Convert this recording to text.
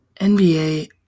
NBA